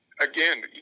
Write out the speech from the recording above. again